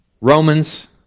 Romans